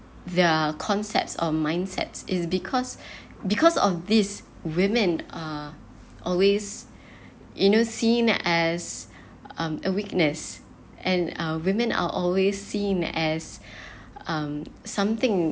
their concepts of mindsets is because because of these women are always you know seen as a weakness and uh women are always seem as um something